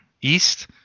East